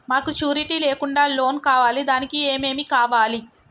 మాకు షూరిటీ లేకుండా లోన్ కావాలి దానికి ఏమేమి కావాలి?